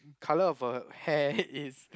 colour of her hair is